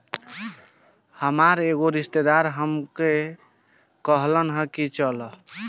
हामार एगो रिस्तेदार हामरा से कहलन की चलऽ